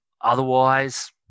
Otherwise